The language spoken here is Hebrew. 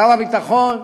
שר הביטחון,